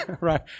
right